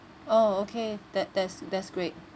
orh okay that that's that's great